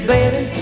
Baby